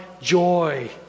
joy